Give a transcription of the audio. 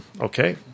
okay